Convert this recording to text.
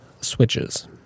switches